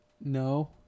No